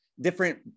different